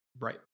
Right